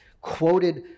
quoted